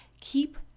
keep